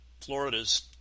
Florida's